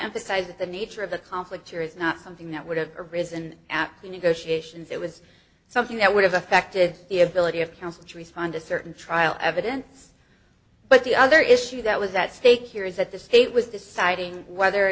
emphasize that the nature of the conflict here is not something that would have arisen at the negotiations it was something that would have affected the ability of counsel to respond to certain trial evidence but the other issue that was at stake here is that the state was deciding whether